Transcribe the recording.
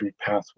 pathway